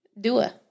Dua